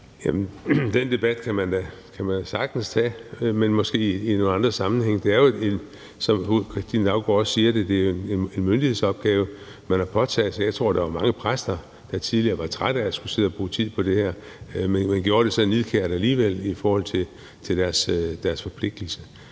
Den debat kan man da sagtens tage, men måske i nogle andre sammenhænge. Det er jo, som fru Katrine Daugaard også siger, en myndihedspgave, man påtager sig. Jeg tror, der tidligere var mange præster, der var trætte af at skulle sidde og bruge tid på det her, men man gjorde det så alligevel nidkært i forhold til sin forpligtelse,